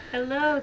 Hello